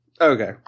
Okay